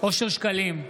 אושר שקלים,